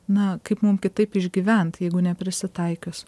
na kaip mum kitaip išgyvent jeigu neprisitaikius